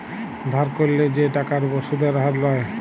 ধার ক্যইরলে যে টাকার উপর সুদের হার লায়